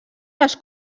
les